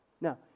Now